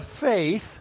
faith